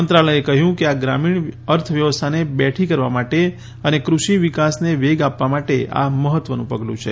મંત્રાલયે કહ્યું કે આ ગ્રામીણ અર્થવ્યવસ્થાને બેઠી કરવામાં અને કૃષિ વિકાસને વેગ આપવા માટે આ મહત્વનુ પગલું છે